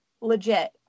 legit